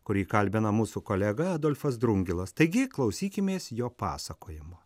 kurį kalbina mūsų kolega adolfas drungilas taigi klausykimės jo pasakojimo